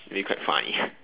it would be quite funny